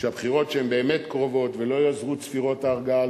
שהבחירות שהן באמת קרובות ולא יעזרו צפירות ההרגעה,